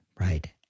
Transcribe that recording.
Right